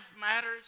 matters